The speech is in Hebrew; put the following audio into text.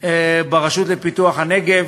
ברשות לפיתוח הנגב,